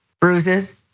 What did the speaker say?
bruises